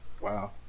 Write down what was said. Wow